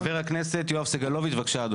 חבר הכנסת יואב סגלוביץ', בבקשה.